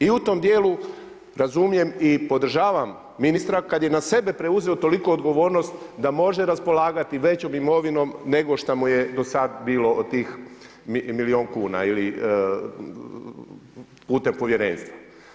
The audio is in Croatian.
I u tom dijelu razumijem i podržavam ministra kad je na sebe preuzeo toliku odgovornost da može raspolagati većom imovinom nego što mu je do sad bilo od tih milijun kuna ili putem povjerenstva.